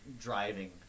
driving